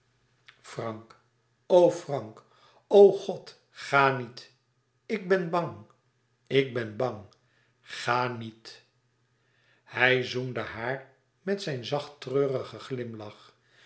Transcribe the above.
o frank o god ga niet ik ben bang ik ben bang ga niet hij zoende haar met zijn zacht treurigen glimlach